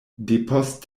depost